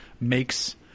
makes –